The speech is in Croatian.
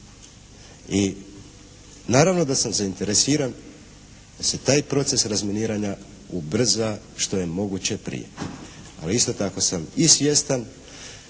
i naravno da sam zainteresiran da se taj proces razminiranja ubrza što je moguće prije. Ali isto tako sam i svjestan